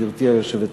גברתי היושבת-ראש.